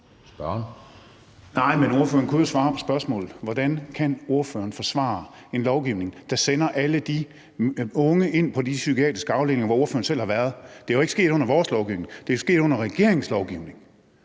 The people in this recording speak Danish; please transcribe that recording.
Nej, men ordføreren kunne jo svare på spørgsmålet: Hvordan kan ordføreren forsvare en lovgivning, der sender alle de unge ind på de psykiatriske afdelinger, hvor ordføreren selv har været? Det er jo ikke sket under vores lovgivning. Det er jo sket under regeringens lovgivning.